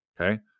okay